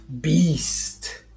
beast